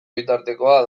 bitartekoa